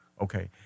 okay